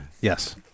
Yes